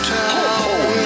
town